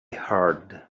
heard